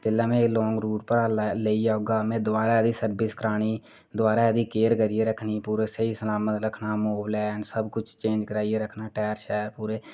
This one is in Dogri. जेल्लै में एह् लांग रूट परा लेइयै औगा दोआरै में एह्दी सर्विस करानी दोआरै में एह्दी केयर करनी स्हेई सलामत रक्खनी मोबाईल ऑयल सब चेंज कराइयै रक्खने टायर